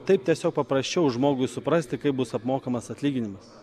taip tiesiog paprasčiau žmogui suprasti kaip bus apmokamas atlyginimas